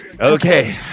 Okay